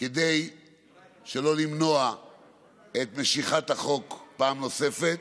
כדי שלא למנוע את משיכת החוק פעם נוספת.